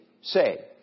say